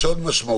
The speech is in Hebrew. יש עוד משמעויות,